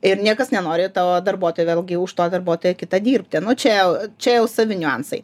ir niekas nenori to darbuotojo vėlgi už to darbuotojo kitą dirbti nu čia jau čia jau savi niuansai